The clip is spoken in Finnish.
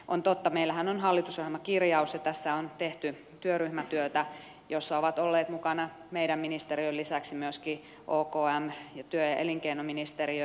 on totta että meillähän on hallitusohjelmakirjaus ja tässä on tehty työryhmätyötä jossa ovat olleet mukana meidän ministeriön lisäksi myöskin okm ja työ ja elinkeinoministeriö